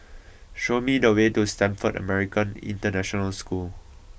show me the way to Stamford American International School